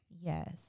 Yes